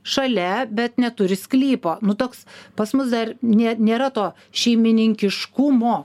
šalia bet neturi sklypo nu toks pas mus dar nė nėra to šeimininkiškumo